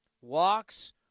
Walks